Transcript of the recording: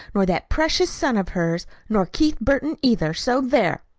nor that precious son of hers, nor keith burton, either. so there!